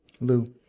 Lou